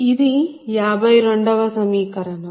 ఇది 52 వ సమీకరణం